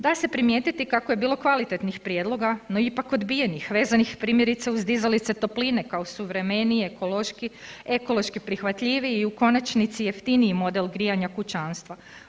Da se primijetiti kako je bilo kvalitetnih prijedloga, no ipak odbijenih, vezanih primjerice uz dizalice topline kao suvremenije, ekološki, ekološki prihvatljiviji i u konačnici jeftiniji model grijanja kućanstva.